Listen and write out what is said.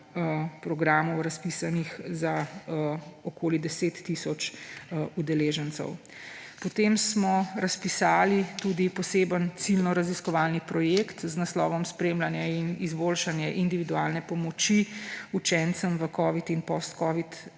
programov, razpisanih za okoli 10 tisoč udeležencev. Potem smo razpisali tudi poseben ciljno – raziskovalni projekt z naslovom Spremljanje in izboljšanje individualne pomoči učencem v covidnih in postcovidnih